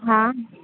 हां